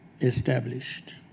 established